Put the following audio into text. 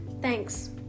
thanks